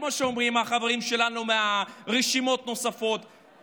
כמו שאומרים החברים שלנו מרשימות נוספות,